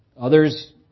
Others